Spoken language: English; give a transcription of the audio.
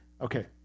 Okay